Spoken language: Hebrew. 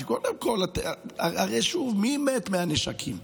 קודם כול, הרי שוב, מי מת מהנשקים?